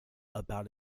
about